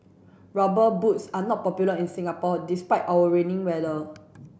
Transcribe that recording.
rubber boots are not popular in Singapore despite our rainy weather